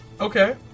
Okay